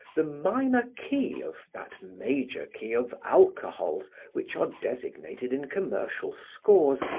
the minor key of that major key of alcohols which are designated in commercial scores,